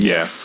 Yes